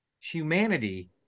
humanity